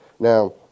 Now